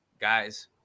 guys